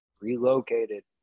relocated